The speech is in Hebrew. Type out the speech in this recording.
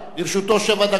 לרשותו שבע דקות.